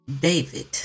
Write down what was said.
David